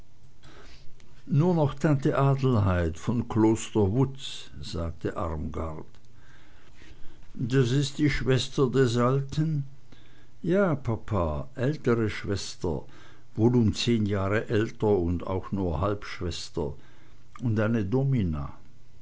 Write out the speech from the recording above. nur noch tante adelheid von kloster wutz sagte armgard das ist die schwester des alten ja papa altere schwester wohl um zehn jahr älter und auch nur halbschwester und eine domina